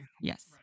Yes